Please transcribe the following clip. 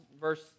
verse